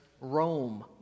Rome